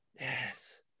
Yes